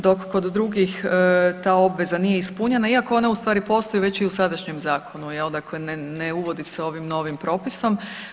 Dok kod drugih ta obveza nije ispunjena iako ona u stvari postoji već i u sadašnjem zakonu, dakle ne uvodi se ovim novim propisom.